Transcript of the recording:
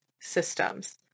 systems